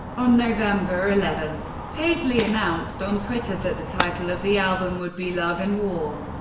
on november eleven, paisley announced on twitter that the title of the album would be love and war,